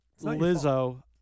Lizzo